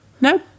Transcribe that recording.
No